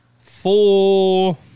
Four